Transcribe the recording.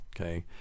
Okay